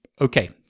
Okay